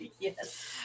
yes